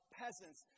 peasants